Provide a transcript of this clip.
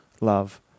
love